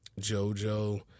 jojo